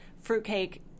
fruitcake